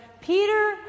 Peter